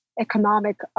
economic